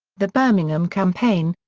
the birmingham campaign,